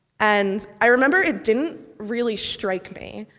and, i remember, it didn't really strike me.